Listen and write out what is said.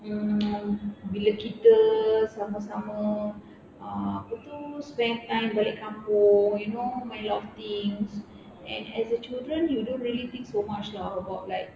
mm bila kita sama-sama ah apa tu spend time balik kampung you know a lot of things and as a children you don't really think so much lah about like